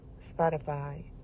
Spotify